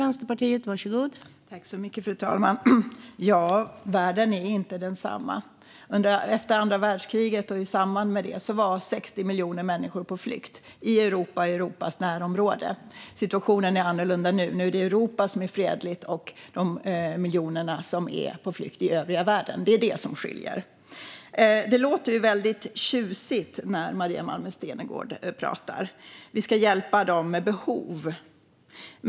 Fru talman! Nej, världen är inte densamma. Efter och i samband med andra världskriget var 60 miljoner människor på flykt i Europa och Europas närområde. Situationen är annorlunda nu. Nu är det Europa som är fredligt, och de miljoner som är på flykt kommer från övriga världen. Det är det som skiljer. Det låter ju väldigt tjusigt när Maria Malmer Stenergard pratar. Hon säger att vi ska hjälpa dem med behov.